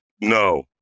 No